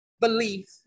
belief